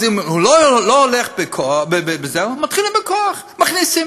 אז אם לא הולך בזה, מתחילים בכוח, מכניסים.